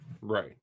Right